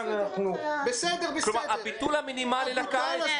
הביטול בקיץ הוא